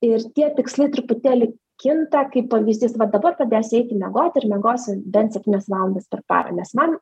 ir tie tikslai truputėlį kinta kaip pavyzdys va dabar pradėsi eiti miegoti ir miegosi bent septynias valandas per parą nes man